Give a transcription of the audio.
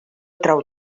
trau